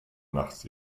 nachts